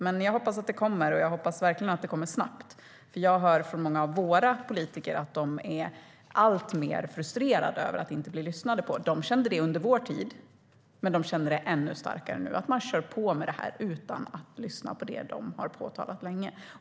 Men jag hoppas att det kommer, och det snabbt, för jag hör från många av våra politiker att de är alltmer frustrerade över att inte bli lyssnade på. De kände det under vår tid, men de känner det ännu starkare nu - att man kör på med det här utan att lyssna på det de länge har påtalat.